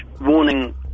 warning